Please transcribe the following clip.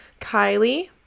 Kylie